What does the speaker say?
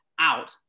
out